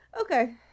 Okay